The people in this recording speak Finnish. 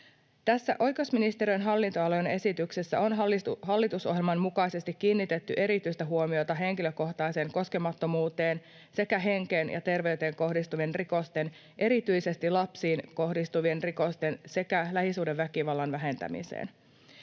oikeusministeriön hallintoalan esityksessä on hallitusohjelman mukaisesti kiinnitetty erityistä huomiota henkilökohtaiseen koskemattomuuteen sekä henkeen ja terveyteen kohdistuvien rikosten, erityisesti lapsiin kohdistuvien rikosten sekä lähisuhdeväkivallan, vähentämiseen.